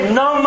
no